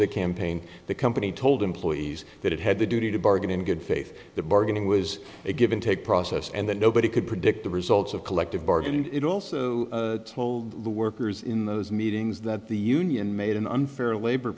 the campaign the company told employees that it had the duty to bargain in good faith the bargaining was a give and take process and that nobody could predict the results of collective bargaining and it also told the workers in those meetings that the union made an unfair labor